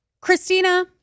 Christina